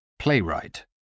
Playwright